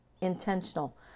intentional